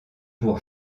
pour